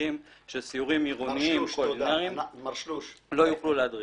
מדריכים של סיורים עירוניים קולינריים לא יוכלו להדריך.